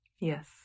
Yes